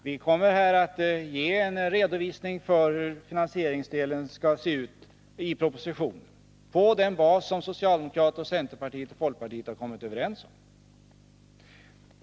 Vi kommer i propositionen att redovisa finansieringen på den bas som socialdemokraterna, centerpartiet och folkpartiet har kommit överens om.